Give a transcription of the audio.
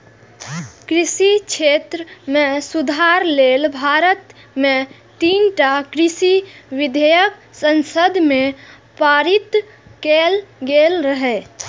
कृषि क्षेत्र मे सुधार लेल भारत मे तीनटा कृषि विधेयक संसद मे पारित कैल गेल रहै